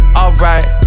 alright